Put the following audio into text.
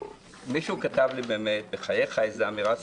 מישהו כתב לי באמת: בחייך, איזו אמירה סקסיסטית,